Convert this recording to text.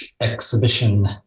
exhibition